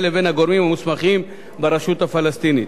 לבין הגורמים המוסמכים ברשות הפלסטינית.